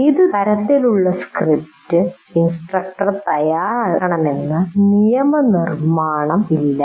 ഏത് തരത്തിലുള്ള script instructor തയ്യാറാക്കണമെന്ന് നിയമനിർമ്മാണം ഇല്ള